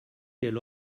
quel